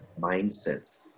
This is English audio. mindsets